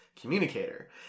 communicator